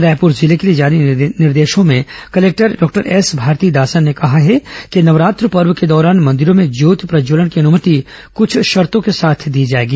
रायपुर जिले के लिए जारी निर्देशों में कलेक्टर डॉक्टर एस भारतीदासन ने कहा है कि नवरात्र पर्व के दौरान मंदिरों में ज्योत प्रज्वलन की अनुमति कृछ शर्तों के साथ दी जाएगी